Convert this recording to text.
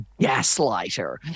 gaslighter